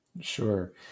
Sure